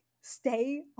Stay